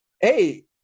Hey